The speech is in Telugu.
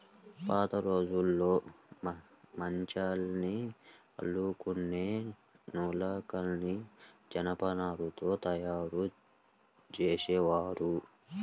పాతరోజుల్లో మంచాల్ని అల్లుకునే నులకని జనపనారతో తయ్యారు జేసేవాళ్ళు